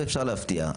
ואפשר להפתיע.